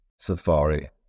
Safari